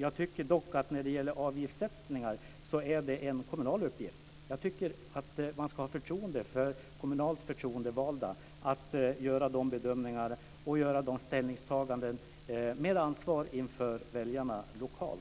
Jag tycker dock att avgiftssättningar är en kommunal uppgift. Jag tycker att man ska ha förtroende för kommunalt förtroendevalda och tro att de kan göra de bedömningarna och ställningstagandena med ansvar inför väljarna lokalt.